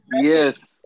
Yes